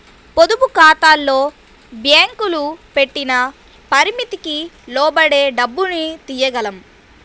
పొదుపుఖాతాల్లో బ్యేంకులు పెట్టిన పరిమితికి లోబడే డబ్బుని తియ్యగలం